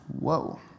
Whoa